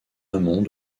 amont